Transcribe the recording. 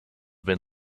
been